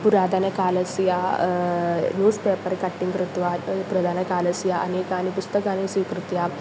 पुरातनकालस्य newspaper cutting कृत्वा पुरातनकालस्य अनेकानि पुस्तकानि स्वीकृत्य